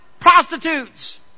prostitutes